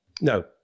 No